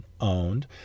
owned